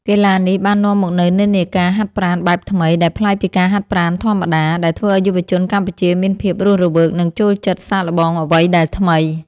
កីឡានេះបាននាំមកនូវនិន្នាការហាត់ប្រាណបែបថ្មី ដែលប្លែកពីការហាត់ប្រាណធម្មតា ដែលធ្វើឱ្យយុវជនកម្ពុជាមានភាពរស់រវើក និងចូលចិត្តសាកល្បងអ្វីដែលថ្មី។